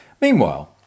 Meanwhile